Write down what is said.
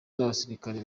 n’abasirikare